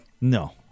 no